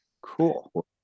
cool